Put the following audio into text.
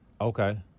Okay